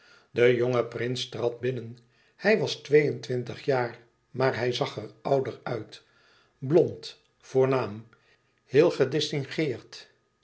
de jonge prins trad binnen hij was twee-en-twintig jaar maar hij zag er ouder uit blond voornaam heel gedistingueerd